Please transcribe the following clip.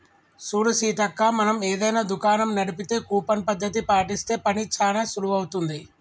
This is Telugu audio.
చూడు సీతక్క మనం ఏదైనా దుకాణం నడిపితే కూపన్ పద్ధతి పాటిస్తే పని చానా సులువవుతుంది